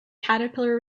caterpillar